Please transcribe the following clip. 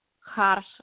harsh